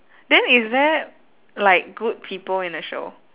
then is there like good people in the show